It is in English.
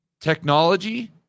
Technology